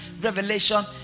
Revelation